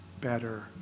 better